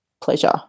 pleasure